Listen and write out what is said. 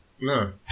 No